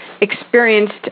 experienced